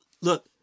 Look